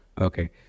Okay